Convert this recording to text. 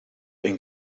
een